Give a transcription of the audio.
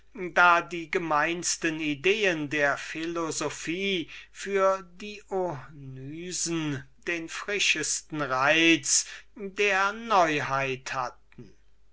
da die gemeinsten ideen der philosophie für dionysen den frischesten reiz der neuheit hatten